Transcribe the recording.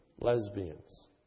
lesbians